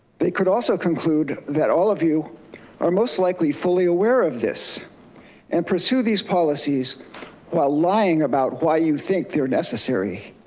they could also conclude that all of you are most likely, fully aware of this and pursue these policies while lying about why you think they're necessary.